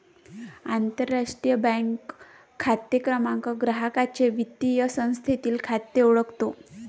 आंतरराष्ट्रीय बँक खाते क्रमांक ग्राहकाचे वित्तीय संस्थेतील खाते ओळखतो